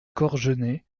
corgenay